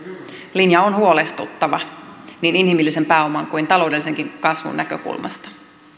linja on huolestuttava niin inhimillisen pääoman kuin taloudellisenkin kasvun näkökulmasta